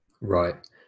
right